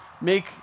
make